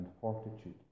fortitude